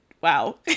wow